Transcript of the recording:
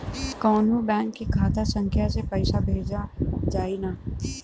कौन्हू बैंक के खाता संख्या से पैसा भेजा जाई न?